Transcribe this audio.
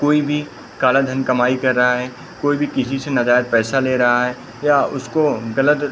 कोई भी काला धन कमाई कर रहा है कोई भी किसी से नजायज़ पैसा ले रहा है या उसको ग़लत